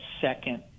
second